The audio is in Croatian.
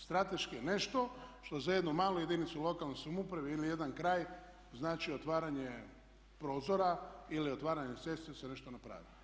Strateški je nešto što za jednu malu jedinicu lokalne samouprave ili jedan kraj znači otvaranje prozora ili otvaranje … da se nešto napravi.